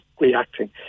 reacting